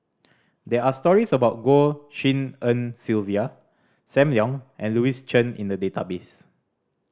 there are stories about Goh Tshin En Sylvia Sam Leong and Louis Chen in the database